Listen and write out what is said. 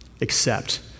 accept